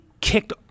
kicked